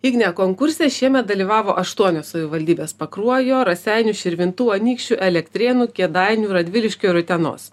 igne konkurse šiemet dalyvavo aštuonios savivaldybės pakruojo raseinių širvintų anykščių elektrėnų kėdainių radviliškio ir utenos